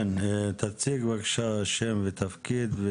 כן, תציג בבקשה שם ותפקיד.